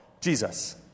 Jesus